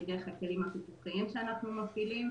דרך הכלים הפיקוחיים שאנחנו מפעילים,